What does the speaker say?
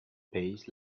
pays